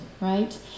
right